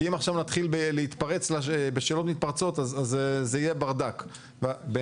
כי אם עכשיו נתחיל בשאלות מתפרצות אז זה יהיה ברדק בעיניי.